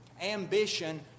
Ambition